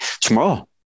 tomorrow